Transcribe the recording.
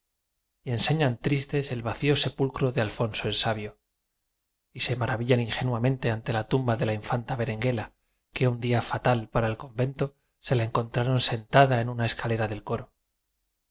enseñan tristes el vacío se pulcro de alfonso el sabio y se maravillan ingenuamente ante la tumba de la infanta berenguela que un día fatal para el con vento se la encontraron sentada en una es calera del coro la